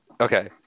okay